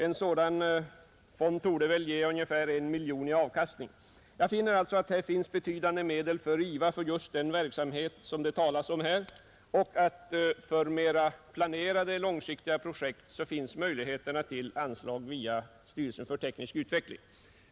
En sådan fond torde ge ungefär 1 miljon i avkastning. Jag konstaterar alltså att här finns betydande medel för IVA till just den verksamhet som det talas om och att det för planerade långsiktiga projekt finns möjligheter till anslag via styrelsen för teknisk utveckling.